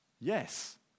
Yes